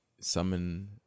summon